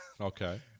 Okay